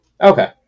Okay